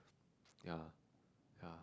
ya ya